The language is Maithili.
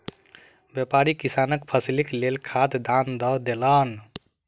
व्यापारी किसानक फसीलक लेल खाद दान दअ देलैन